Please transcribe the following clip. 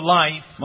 life